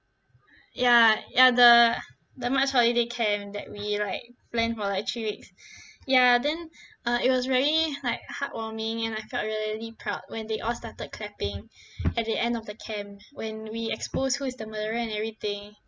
ya ya the the march holiday camp that we like planned for like three weeks ya then uh it was very like heartwarming and I felt really proud when they all started clapping at the end of the camp when we exposed who is the murderer and everything